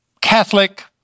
Catholic